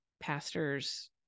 pastors